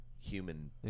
human